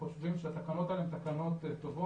כל מומחה יחשוב שהתקנות האלה הן תקנות טובות,